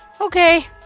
Okay